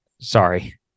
Sorry